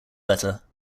better